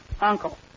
Uncle